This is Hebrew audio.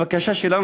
הבקשה שלנו,